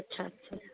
अच्छा अच्छा